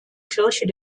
kirche